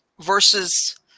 versus